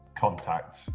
contact